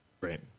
Right